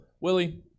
Willie